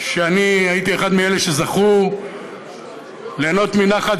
ואני הייתי אחד מאלה שזכו ליהנות מנחת